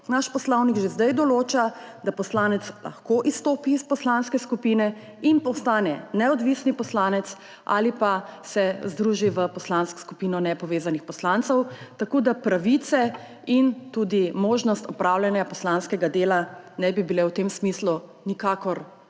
naš poslovnik že zdaj določa, da poslanec lahko izstopi iz poslanske skupine in postane neodvisni poslanec ali pa se združi v Poslansko skupino nepovezanih poslancev, tako da pravice in tudi možnost opravljanja poslanskega dela ne bi bile v tem smislu nikakor